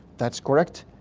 that's correct.